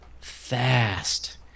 fast